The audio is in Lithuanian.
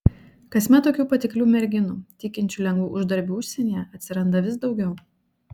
kasmet tokių patiklių merginų tikinčių lengvu uždarbiu užsienyje atsiranda vis daugiau